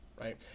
right